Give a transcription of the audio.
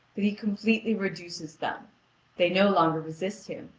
that he completely reduces them they no longer resist him,